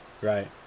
right